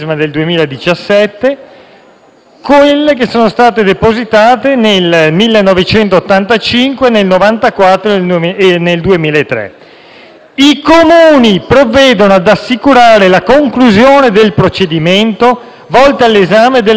ai sensi delle leggi del 1985, del 1994 e del 2003: i Comuni provvedono ad assicurare la conclusione dei procedimenti volti all'esame delle predette istanze di condono,